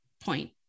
point